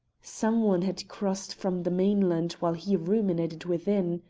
some one had crossed from the mainland while he ruminated within.